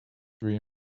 dream